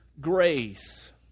grace